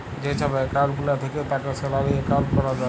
যে ছব একাউল্ট গুলা থ্যাকে তাকে স্যালারি একাউল্ট ক্যরা যায়